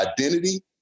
identity